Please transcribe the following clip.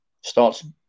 starts